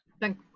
Thank